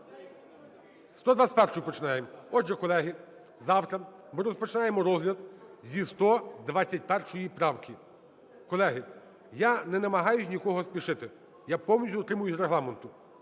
121-ї починаємо. Отже, колеги, завтра ми розпочинаємо розгляд зі 121 правки. Колеги, я не намагаюсь нікого спішити. Я повністю дотримуюся Регламенту.